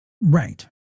right